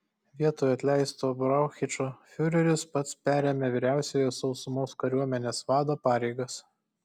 vietoj atleisto brauchičo fiureris pats perėmė vyriausiojo sausumos kariuomenės vado pareigas